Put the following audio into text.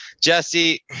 Jesse